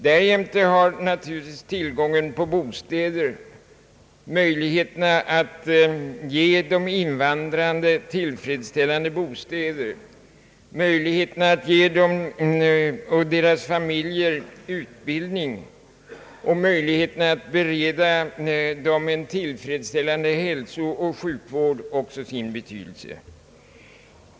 Därjämte har naturligtvis tillgången på bostäder och därmed möjligheterna att bereda tillfredsställande sådana åt de invandrade, möj ligheterna att ge invandrarna utbildning samt möjligheterna att bereda dem en tillfredsställande hälsooch sjukvård också sin vikt.